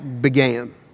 began